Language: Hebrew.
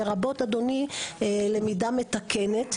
לרבות אדוני למידה מתקנת.